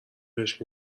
بهش